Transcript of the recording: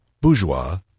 Bourgeois